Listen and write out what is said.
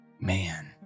Man